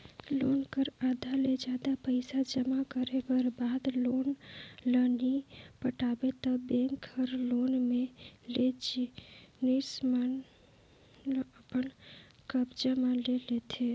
loan कर आधा ले जादा पइसा जमा करे कर बाद लोन ल नी पटाबे ता बेंक हर लोन में लेय जिनिस ल अपन कब्जा म ले लेथे